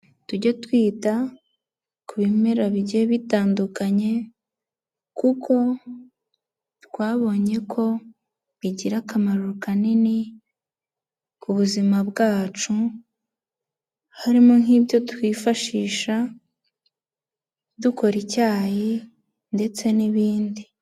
Tujye twita ku bimera bigiye bitandukanye kuko twabonye ko bigira akamaro kanini ku buzima bwacu, harimo nk'ibyo twifashisha dukora icyayi ndetse n'ibindi.